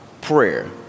prayer